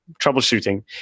troubleshooting